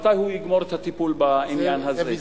מתי הוא יגמור את הטיפול בעניין הזה.